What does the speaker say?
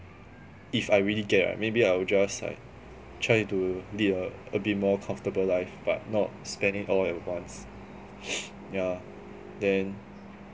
if I really get ah maybe I will just like try to lead a a bit more comfortable life but not spend all at once yeah then